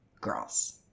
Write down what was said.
Girls